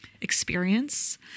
experience